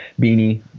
beanie